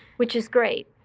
which is great.